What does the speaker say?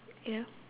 ya